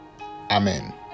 Amen